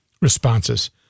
responses